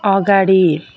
अगाडि